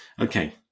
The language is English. Okay